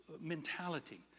mentality